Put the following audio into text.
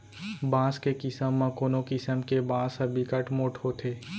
बांस के किसम म कोनो किसम के बांस ह बिकट मोठ होथे